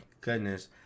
goodness